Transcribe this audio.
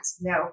No